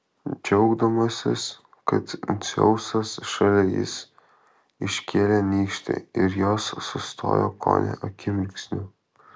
džiaugdamasis kad dzeusas šalia jis iškėlė nykštį ir jos sustojo kone akimirksniu